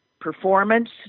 performance